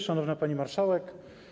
Szanowna Pani Marszałek!